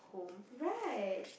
right